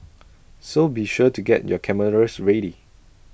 so be sure to get your cameras ready